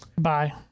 Bye